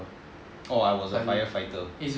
oh I was a firefighter